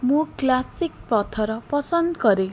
ମୁଁ କ୍ଲାସିକ୍ ପଥର ପସନ୍ଦ କରେ